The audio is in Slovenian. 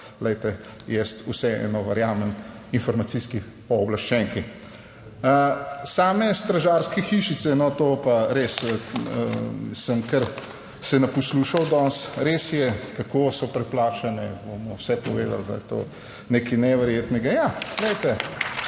vseeno verjamem informacijski pooblaščenki. Same stražarske hišice, no to pa res, sem kar se naposlušal danes. Res je, kako so preplačane, bomo vse povedali, da je to nekaj neverjetnega.